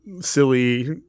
silly